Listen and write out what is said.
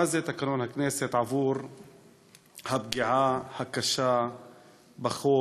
מה זה תקנון הכנסת בעבור הפגיעה הקשה בחוק,